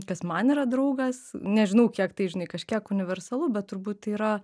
kas man yra draugas nežinau kiek tai žinai kažkiek universalu bet turbūt tai yra